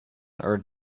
earth